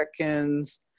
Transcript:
americans